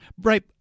right